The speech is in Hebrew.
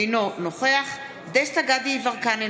אינו נוכח דסטה גדי יברקן,